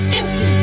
empty